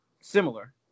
similar